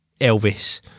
Elvis